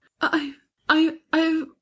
i-i-i